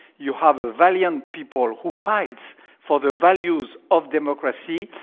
you have a valiant people who fight for the values of democracy,